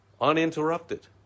uninterrupted